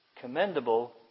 commendable